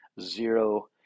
zero